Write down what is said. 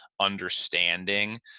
understanding